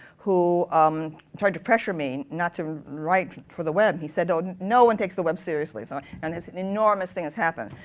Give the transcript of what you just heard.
who um tried to pressure me not to write for the web. he said, oh, no one takes the web seriously. so and it's an enormous thing that's happened.